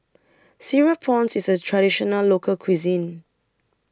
Cereal Prawns IS A Traditional Local Cuisine